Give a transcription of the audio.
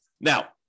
Now